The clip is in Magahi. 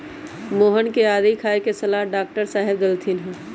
मोहन के आदी खाए के सलाह डॉक्टर साहेब देलथिन ह